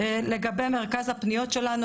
לגבי מרכז הפניות שלנו,